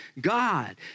God